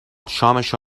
شامشو